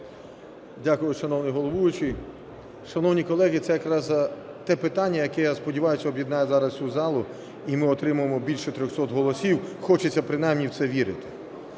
Дякую, шановний головуючий. Шановні колеги, це якраз те питання. яке, я сподіваюсь, об'єднає зараз всю залу і ми отримаємо більше 300 голосів, хочеться принаймні в це вірити.